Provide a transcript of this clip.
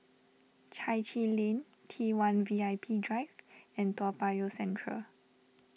Chai Chee Lane T one V I P Drive and Toa Payoh Central